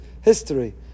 history